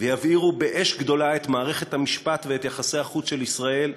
ויבעירו באש גדולה את מערכת המשפט ואת יחסי החוץ של ישראל,